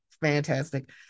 Fantastic